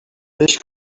peix